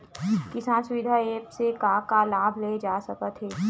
किसान सुविधा एप्प से का का लाभ ले जा सकत हे?